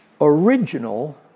original